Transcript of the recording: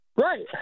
Right